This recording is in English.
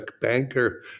banker